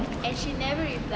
and she never reply